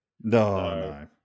No